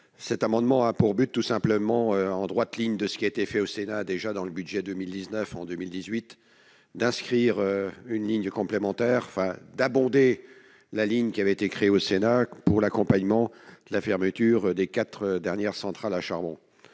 cet amendement a pour but, tout simplement en droite ligne de ce qui a été fait au Sénat, déjà dans le budget 2019 en 2018 d'inscrire une ligne complémentaire fin d'abonder la ligne qui avait été créé au Sénat pour l'accompagnement de la fermeture des 4 dernières centrales à charbon,